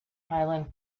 highland